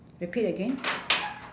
repeat again